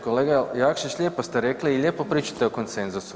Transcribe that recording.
Kolega Jakšić, lijepo ste rekli i lijepo pričate o konsenzusu.